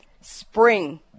spring